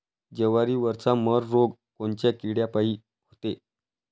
जवारीवरचा मर रोग कोनच्या किड्यापायी होते?